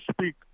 speak